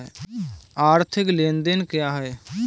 आर्थिक लेनदेन क्या है?